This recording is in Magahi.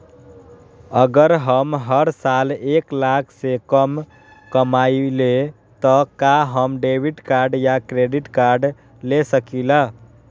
अगर हम हर साल एक लाख से कम कमावईले त का हम डेबिट कार्ड या क्रेडिट कार्ड ले सकीला?